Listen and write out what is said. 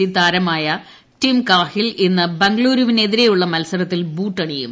C താരമായ Tim Cahill ഇന്ന് ബംഗ്ളൂരുവിനെതിരെയുളള മത്സരത്തിൽ ബൂട്ടണിയും